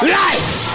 life